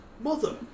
Mother